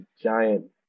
giant